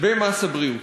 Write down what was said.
במס הבריאות.